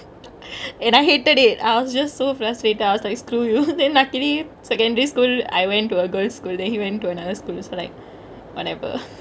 and I hated it I was just so frustrated I was like screw you then luckily secondary school I went to a girls school then he went to another school so like whatever